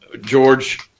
George